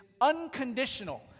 unconditional